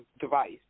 device